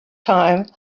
time